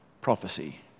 prophecy